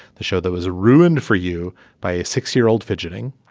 the show that was ruined for you by a six year old fidgeting.